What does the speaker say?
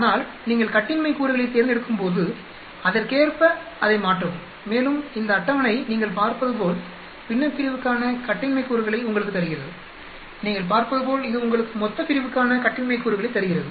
ஆனால் நீங்கள் கட்டின்மை கூறுகளைத் தேர்ந்தெடுக்கும்போது அதற்கேற்ப அதை மாற்றவும் மேலும் இந்த அட்டவணை நீங்கள் பார்ப்பதுபோல் பின்னப்பிரிவுக்கான கட்டின்மை கூறுகளை உங்களுக்குத் தருகிறது நீங்கள் பார்ப்பதுபோல் இது உங்களுக்கு மொத்தப்பிரிவுக்கான கட்டின்மை கூறுகளைத் தருகிறது